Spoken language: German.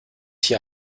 hier